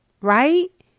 right